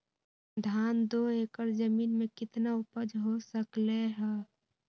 धान दो एकर जमीन में कितना उपज हो सकलेय ह?